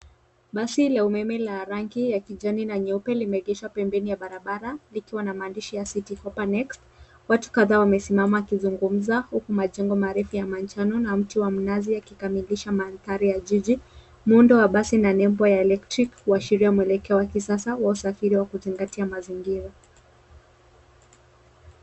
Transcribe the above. Basi la umeme la rangi ya kijani na nyeupe limeegeshwa pembeni ya barabara, likwa na maandishi ya Citi Hoppa Next. Watu kadhaa wamesimama wakizungumza huku majengo marefu ya manjano na mti wa mnazi yakikamilisha mandhari ya jiji. Muundo wa basi na nembo ya Electric kuashiria mwelekeo wa kisasa wa usafiri wa kuzingatia mazingira.